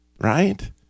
right